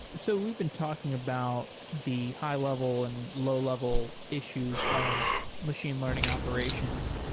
so we've been talking about the high-level and low-level issues of machine learning operations,